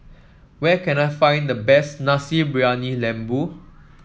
where can I find the best Nasi Briyani Lembu